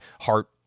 heart